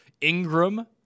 Ingram